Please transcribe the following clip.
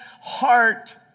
heart